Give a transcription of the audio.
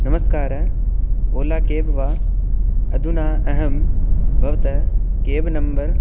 नमस्कारः Ola cab वा अधुना अहं भवतः केब् नम्बर्